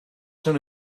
soon